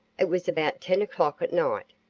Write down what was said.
it was about ten o'clock at night,